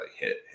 hit